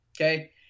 Okay